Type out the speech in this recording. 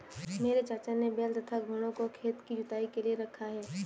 मेरे चाचा ने बैल तथा घोड़ों को खेत की जुताई के लिए रखा है